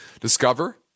Discover